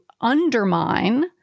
undermine